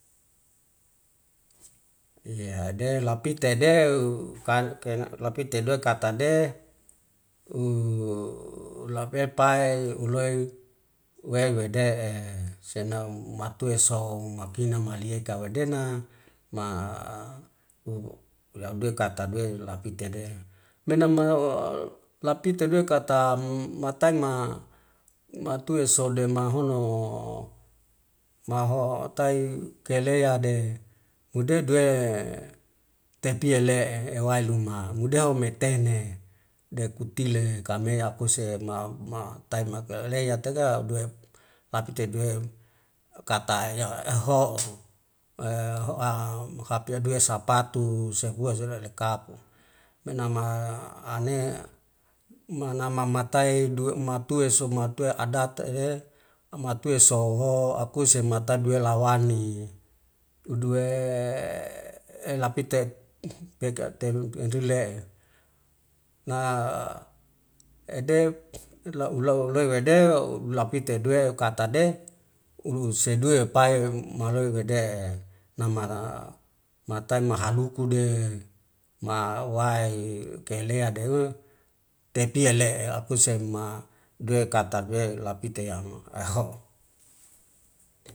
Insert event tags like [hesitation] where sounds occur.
[hesitation] adele lepitede [hesitation] katade [hesitation] lapepai uluei wewede'e senamatue matue sou makina malieka wadena ma [hesitation] yaudeka katade lapitede. Ma nama [hesitation] lapite duwe kata mataima matue sodema hono ma hotai keleade ududoe tepiele ewailuma mudeu metene dekutile kamea kuse ma ma taima kelea taga due epte due kata [hesitation] eho'u hape deusapatu, [unintelligible] lekapo, menama ane nama matai due matue so matue adate'e matue soho kause matadeu lawani uduwe [hesitation] lapite [unintelligible] na ede laulau loi wede ulapite due katade uluse due upai maloi wede'e nama matai mahalukude ma wai kele'a dewe tepie le'e akusema dewe katade lapite yang eho.